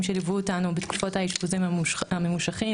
שליוו אותנו בתקופות האשפוזים הממושכים,